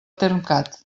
termcat